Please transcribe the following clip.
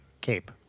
cape